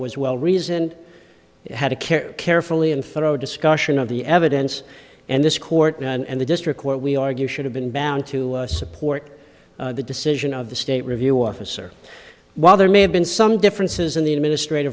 was well reasoned had to care carefully and fro discussion of the evidence and this court and the district court we argue should have been bound to support the decision of the state review officer while there may have been some differences in the administrati